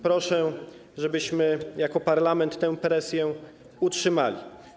Proszę, żebyśmy jako parlament tę presję utrzymali.